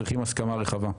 צריכים הסכמה רחבה.